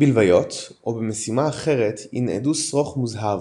בלוויות או במשימה אחרת ייענדו שרוך מוזהב,